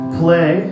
play